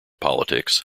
politics